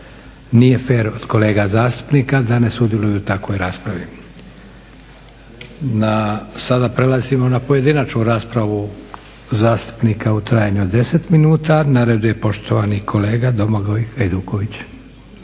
Nije fer od kolega zastupnika da ne sudjeluju u takvoj raspravi. Sada prelazimo na pojedinačnu raspravu zastupnika u trajanju od 10 minuta. Na redu je poštovani kolega Domagoj Hajduković.